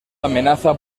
amenaza